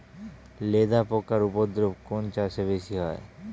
লেদা পোকার উপদ্রব কোন চাষে বেশি হয়?